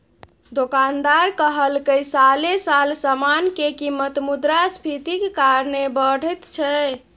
दोकानदार कहलकै साले साल समान के कीमत मुद्रास्फीतिक कारणे बढ़ैत छै